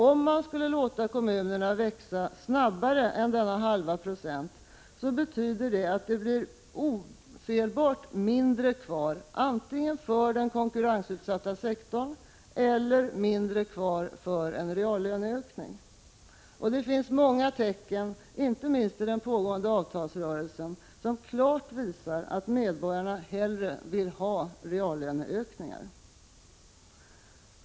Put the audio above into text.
Om man skulle låta kommunerna växa snabbare än denna halva procent betyder det att det ofelbart blir mindre kvar, antingen för den konkurrensutsatta sektorn eller för en reallöneökning. Det finns många tecken, inte minst i den pågående avtalsrörelsen, som klart visar att medborgarna hellre vill ha reallöneökningar.